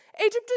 Egypt